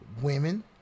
women